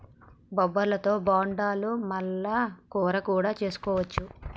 బొబ్బర్లతో గుడాలు మల్ల కూర కూడా చేసుకోవచ్చు